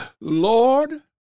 Lord